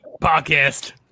Podcast